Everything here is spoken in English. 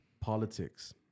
politics